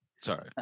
Sorry